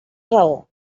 raó